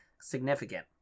significant